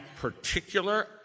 particular